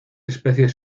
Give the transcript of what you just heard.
especies